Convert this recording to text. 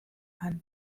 and